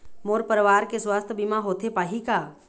मोर परवार के सुवास्थ बीमा होथे पाही का?